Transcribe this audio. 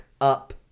up